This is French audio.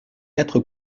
quatre